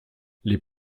les